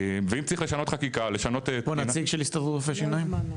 ואם צריך לשנות חקיקה -- יש פה נציג של הסתדרות רופאי השיניים?